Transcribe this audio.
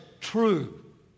true